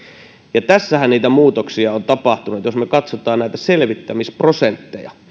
ja tässähän niitä muutoksia on tapahtunut jos me katsomme näitä selvittämisprosentteja